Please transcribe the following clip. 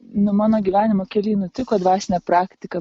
nu mano gyvenimo kely nutiko dvasinė praktika